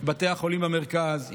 שבתי החולים במרכז,